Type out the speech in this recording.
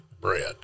bread